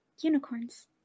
unicorns